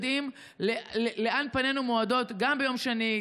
היינו יודעים לאן פנינו מועדות גם ביום שני,